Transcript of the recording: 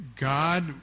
God